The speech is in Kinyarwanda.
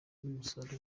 n’umusaruro